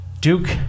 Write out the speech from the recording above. Duke